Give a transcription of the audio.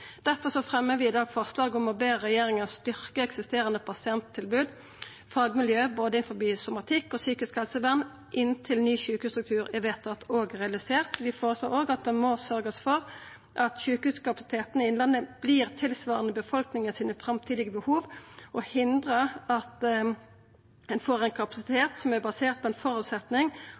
vi i dag forslag om å be regjeringa styrkja eksisterande pasienttilbod og fagmiljø innanfor både somatikk og psykisk helsevern inntil ny sjukehusstruktur er vedtatt og realisert. Vi føreslår òg at det må sørgjast for at sjukehuskapasiteten i Innlandet vert tilsvarande dei framtidige behova til befolkninga, og at ein hindrar at ein får ein kapasitet som er basert på ein